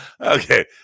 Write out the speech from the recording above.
okay